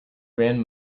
grand